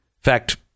fact